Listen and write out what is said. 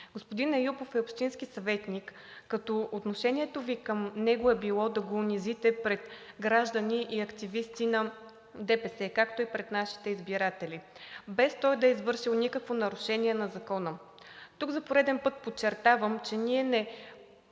Господин Еюпов е общински съветник, като отношението Ви към него е било да го унизите пред граждани и активисти на ДПС, както и пред нашите избиратели, без той да е извършил никакво нарушение на закона. Тук за пореден път подчертавам, че ние не